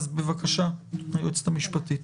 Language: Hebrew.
בבקשה, היועצת המשפטית.